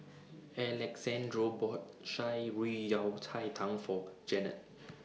Alexandro bought Shan Rui Yao Cai Tang For Janette